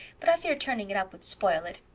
but i fear turning it up would spoil it,